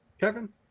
Kevin